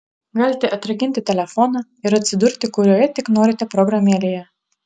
galite atrakinti telefoną ir atsidurti kurioje tik norite programėlėje